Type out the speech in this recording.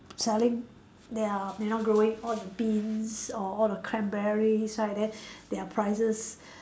selling their you know growing all the beans or all the cranberries right then their prices